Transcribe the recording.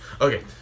Okay